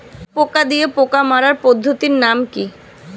পোকা দিয়ে পোকা মারার পদ্ধতির নাম কি?